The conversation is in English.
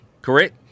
correct